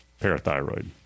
parathyroid